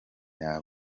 yawe